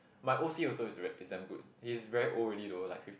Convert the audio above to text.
my O_C also is very is damn good he's very old already though like fif~